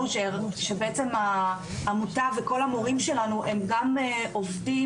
בעצם העמותה וכל המורים שלנו הם גם עובדים